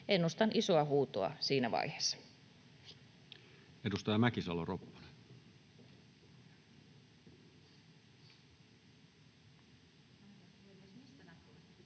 Ennustan isoa huutoa siinä vaiheessa.